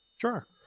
Sure